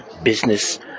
business